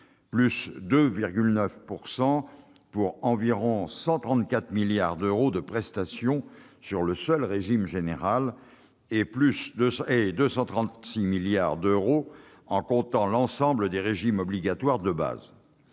de 2,9 % pour, environ, 134 milliards d'euros de prestations sur le seul régime général, et 236 milliards d'euros en comptant l'ensemble des régimes obligatoires de base.